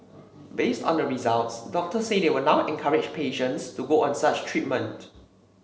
based on the results doctors say they will now encourage patients to go on such treatment